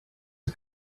are